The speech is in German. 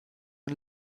ein